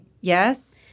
yes